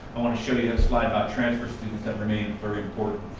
i want to show you a slide about transfer students that remain very important.